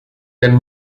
then